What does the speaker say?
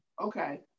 Okay